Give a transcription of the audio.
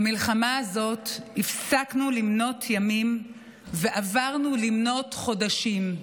במלחמה הזאת הפסקנו למנות ימים ועברנו למנות חודשים.